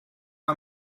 are